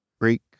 Greek